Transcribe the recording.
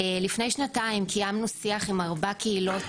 לפני שנתיים קיימנו שיח עם ארבע קהילות